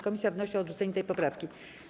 Komisja wnosi o odrzucenie tej poprawki.